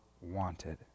wanted